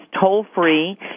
toll-free